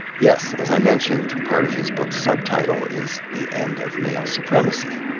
yes. as i mentioned, part of his book's subtitle is the end of male supremacy.